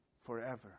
Forever